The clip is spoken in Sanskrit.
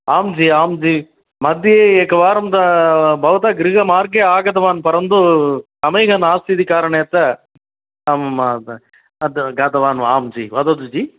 आं जि आं जि मध्ये एकवारं भवतः गृहमार्गे आगतवान् परन्तु समयः नास्ति इति कारणात् अहं गतवान् वा आं जि वदतु जि